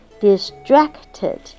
Distracted